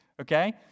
Okay